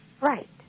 Right